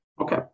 Okay